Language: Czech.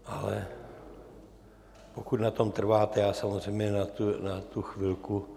Ale pokud na tom trváte, samozřejmě na tu chvilku...